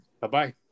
Bye-bye